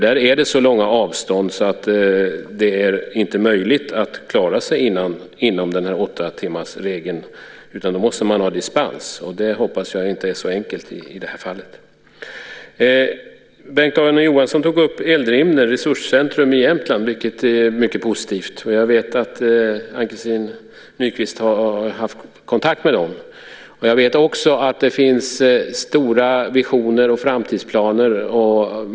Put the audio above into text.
Där är det så långa avstånd att det inte är möjligt att klara sig inom åttatimmarsregeln. Då måste man ha dispens, och det hoppas jag inte är så enkelt i det här fallet. Bengt-Anders Johansson tog upp Eldrimner resurscentrum i Jämtland, vilket är mycket positivt. Jag vet att Ann-Christin Nykvist har haft kontakt med Eldrimner. Jag vet också att det finns stora visioner och framtidsplaner.